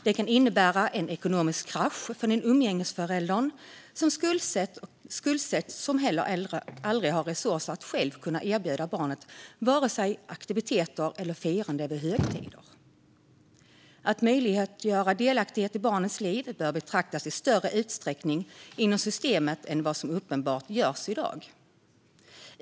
Det kan innebära en ekonomisk krasch för umgängesföräldern, som skuldsätts och som heller aldrig har resurser att själv kunna erbjuda barnet vare sig aktiviteter eller firande vid högtider. Justerad indragnings-bestämmelse inom underhållsstödet Att möjliggöra delaktighet i barnets liv bör beaktas i större utsträckning inom systemet än vad som uppenbart görs i dag.